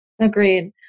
Agreed